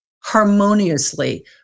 harmoniously